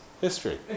history